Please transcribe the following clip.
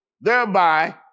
thereby